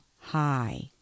high